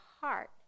heart